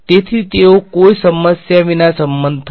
તેથી તેઓ કોઈ સમસ્યા વિના સંમત થશે